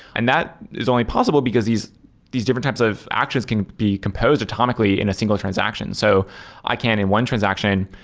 and that is only possible because these these different types of actions can be composed atomically in a single transaction. so i can, in one transaction,